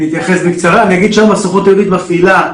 הסוכנות היהודית מפעילה,